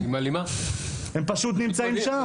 הם פשוט נמצאים שם.